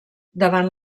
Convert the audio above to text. davant